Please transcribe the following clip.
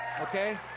Okay